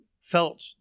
felt